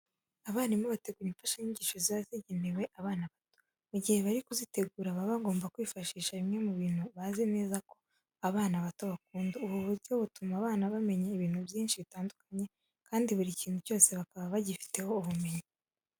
Abarimu bategura imfashanyigisho ziba zigenewe abana bato. Mu gihe bari kuzitegura baba bagomba kwifashisha bimwe mu bintu bazi neza ko abana bato bakunda. Ubu buryo butuma abana bamenya ibintu byinshi bitandukanye kandi buri kintu cyose bakaba bagifiteho ubumenyi.